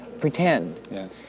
pretend